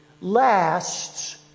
lasts